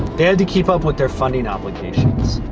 they had to keep up with their funding obligations.